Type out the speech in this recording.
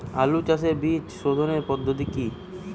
আলু চাষের বীজ সোধনের পদ্ধতি কি?